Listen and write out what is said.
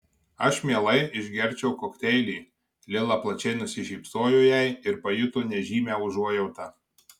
aš mielai išgerčiau kokteilį lila plačiai nusišypsojo jai ir pajuto nežymią užuojautą